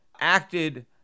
acted